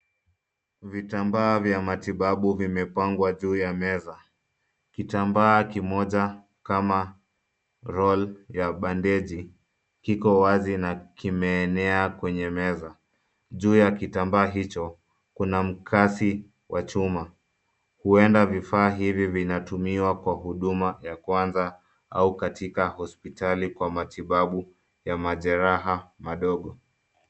Vitambaa vya matibabu vimepangwa juu ya meza kitambaa kimoja kama role ya bandeji kiko wazi na kimeenea kwenye meza, juu ya kitambaa hicho kuna mkasi wa chuma huenda vifaa hivi vinatumiwa kwa huduma ya kwanza au katika hospitali kwa matibabu ya majeraha madogo.